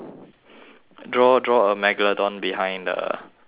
draw draw a megalodon behind the the